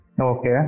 Okay